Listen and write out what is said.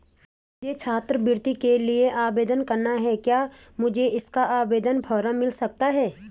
मुझे छात्रवृत्ति के लिए आवेदन करना है क्या मुझे इसका आवेदन फॉर्म मिल सकता है?